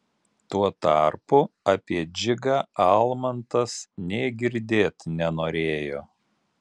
tuo tarpu apie dzigą almantas nė girdėt nenorėjo